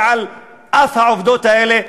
ועל אף העובדות האלה,